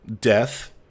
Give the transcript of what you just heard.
death